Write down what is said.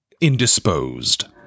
indisposed